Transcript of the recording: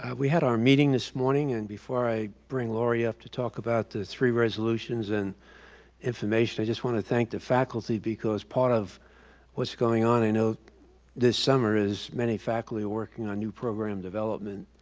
we had our meeting this morning and before i bring lori up to talk about the three resolutions and information i just want to thank the faculty because part of what's going on i know this summer is many faculty working on new program development.